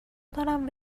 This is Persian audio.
دارم